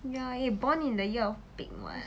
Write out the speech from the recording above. ya eh born in the year of pig [what]